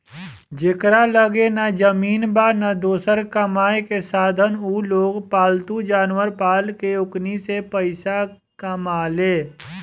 जेकरा लगे ना जमीन बा, ना दोसर कामायेके साधन उलोग पालतू जानवर पाल के ओकनी से पईसा कमाले